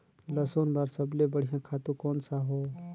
लसुन बार सबले बढ़िया खातु कोन सा हो?